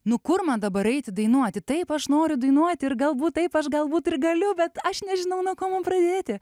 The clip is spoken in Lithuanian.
nu kur man dabar eiti dainuoti taip aš noriu dainuoti ir galbūt taip aš galbūt ir galiu bet aš nežinau nuo ko man pradėti